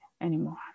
anymore